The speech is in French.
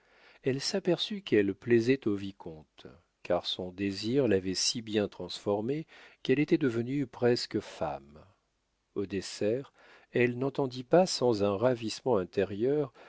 elle s'aperçut qu'elle plaisait au vicomte car son désir l'avait si bien transformée qu'elle était devenue presque femme au dessert elle n'entendit pas sans un ravissement intérieur